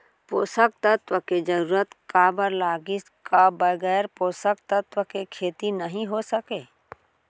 पोसक तत्व के जरूरत काबर लगिस, का बगैर पोसक तत्व के खेती नही हो सके?